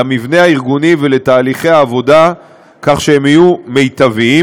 למבנה הארגוני ולתהליכי העבודה כדי שיהיו מיטביים